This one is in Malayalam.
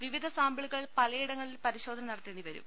വിവിധ സാമ്പിളുകൾ പലയിടങ്ങളിൽ പരിശോധന നടത്തേണ്ടി വരും